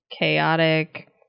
chaotic